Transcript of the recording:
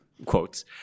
quotes